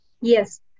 Yes